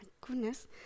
goodness